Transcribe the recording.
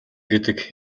гэдэг